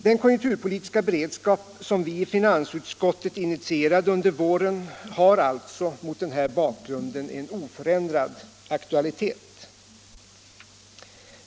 Den konjunkturpolitiska beredskap som vi i finansutskottet initierade under våren har alltså mot denna bakgrund oförändrad aktualitet.